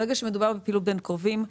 ברגע שמדובר בפעילות בין קרובים,